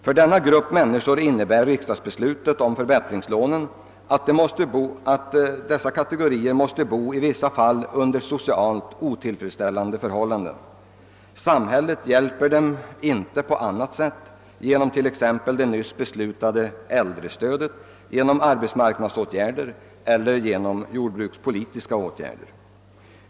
För denna grupp människor innebär riksdagsbeslutet om förbättringslånen att dessa kategorier i vissa fall måste bo under socialt otillfredsställande förhållanden. Samhället hjälper dem inte på annat sätt än genom t.ex. det nyss beslutade äldrestödet, genom arbetsmarknadsåtgärder eller genom jordbrukspolitiska åtgärder.